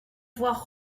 voir